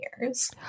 years